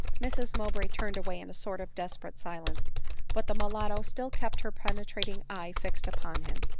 mrs mowbray turned away in a sort of desperate silence but the mulatto still kept her penetrating eye fixed upon him,